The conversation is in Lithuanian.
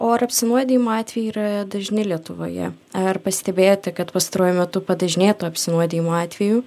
o ar apsinuodijimo atvejai yra dažni lietuvoje ar pastebėjote kad pastaruoju metu padažnėtų apsinuodijimo atvejų